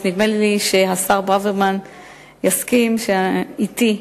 נדמה לי שהשר ברוורמן יסכים אתי,